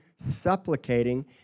supplicating